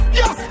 yes